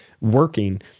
working